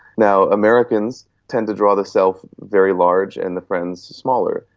now, americans tend to draw the self very large and the friends smaller.